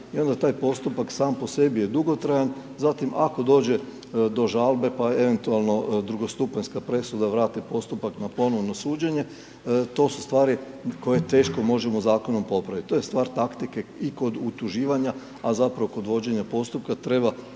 i onda taj postupak sam po sebi je dugotrajan. Zatim ako dođe do žalbe, pa eventualno drugostupanjska presuda, vrate postupak na ponovno suđenje, to su stvari koje teško možemo zakonom popraviti. To je stvar taktike i kod utuživanja, a zapravo kod vođenja postupka treba